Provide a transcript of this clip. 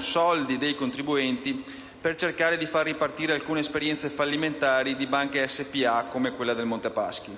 soldi dei contribuenti per cercare di far ripartire alcune esperienze fallimentari di banche SpA, come quella del Monte dei Paschi.